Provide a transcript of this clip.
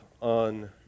on